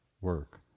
work